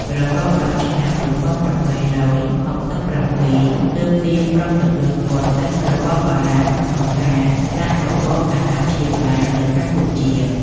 រហូតដល់ឆ្នាំ ១៨៦៧ ទើបសៀមព្រមទទួលស្គាល់សិទ្ធិរបស់បារាំងក្នុងការដាក់របបអាណាព្យាបាលលើកម្ពុជា។